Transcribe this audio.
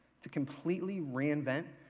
to completely reinvent,